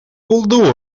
булды